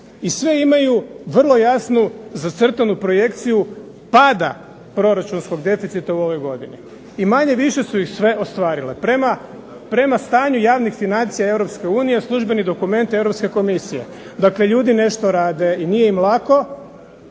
i sve imaju vrlo jasnu zacrtanu projekciju pada proračunskog deficita u ovoj godini i manje-više su ih sve ostvarili prema stanju javnih financija Europske unije službeni dokument Europske komisije. Dakle, ljudi nešto rade i nije im lako